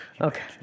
Okay